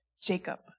Jacob